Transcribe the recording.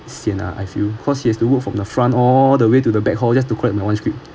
sianz ah I feel because you have to walk from the front all the way to the back hall just to